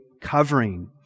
covering